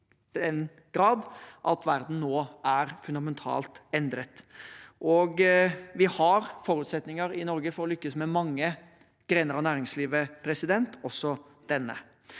at verden nå er fundamentalt endret. Vi har forutsetninger i Norge for å lykkes med mange grener av næringslivet, også denne.